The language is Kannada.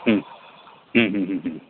ಹ್ಞೂ ಹ್ಞೂ ಹ್ಞೂ ಹ್ಞೂ ಹ್ಞೂ